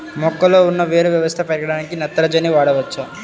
మొక్కలో ఉన్న వేరు వ్యవస్థ పెరగడానికి నత్రజని వాడవచ్చా?